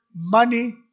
money